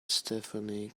stephanie